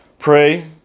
Pray